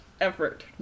Effort